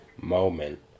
moment